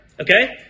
okay